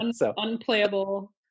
unplayable